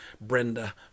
Brenda